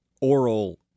oral